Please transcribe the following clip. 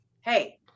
Hey